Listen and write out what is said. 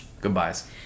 goodbyes